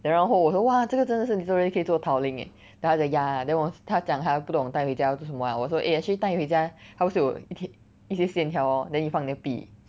then 然后我说 !wah! 这个 literally 可以做 tiling eh then 他讲 ya then 我们他讲他不懂带回家做什么 liao 我说 eh actually 带回家他不是有一一些线条 lor then 你放你的笔